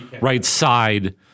right-side